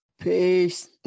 peace